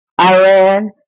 Iran